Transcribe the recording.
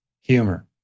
humor